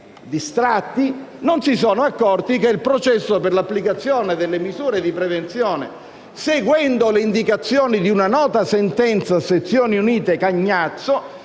distratti non si sono accorti che il processo per l'applicazione delle misure di prevenzione, seguendo le indicazioni di una nota sentenza a sezioni unite (la